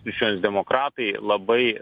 krikščionys demokratai labai